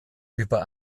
über